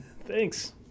thanks